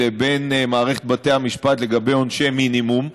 לבין מערכת בתי המשפט לגבי עונשי מינימום.